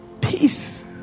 Peace